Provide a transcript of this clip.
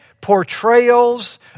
portrayals